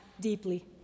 deeply